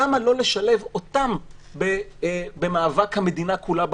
למה לא לשלב אותם במאבק המדינה כולה בקורונה?